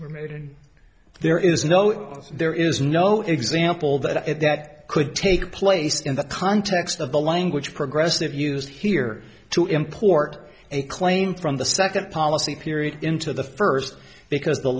were made and there is no there is no example that at that could take place in the context of the language progressive use here to import a claim from the second policy period into the first because